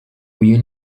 uyu